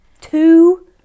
Two